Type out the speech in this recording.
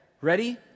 Ready